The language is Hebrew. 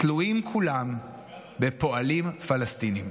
כולם תלויים בפועלים פלסטינים.